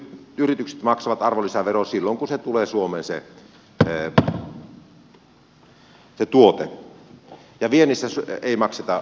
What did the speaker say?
tuontiyritykset maksavat arvonlisäveroa silloin kun se tuote tulee suomeen ja viennissä ei makseta arvonlisäveroa